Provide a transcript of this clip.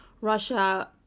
Russia